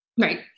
Right